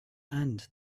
and